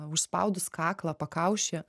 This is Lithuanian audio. užspaudus kaklą pakaušį